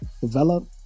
develop